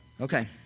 Okay